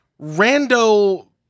rando